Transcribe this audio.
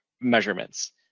measurements